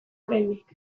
oraindik